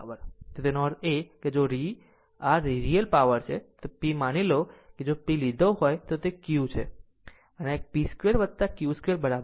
તો આનો અર્થ એ છે કે જો r રીયલ પાવર છે P માની લો કે જો P એ લીધો હોય તો તે Q છે તો આ એક P 2 Q2 બરાબર હશે